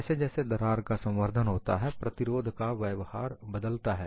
जैसे जैसे दरार का संवर्धन होता है प्रतिरोध का व्यवहार बदलता है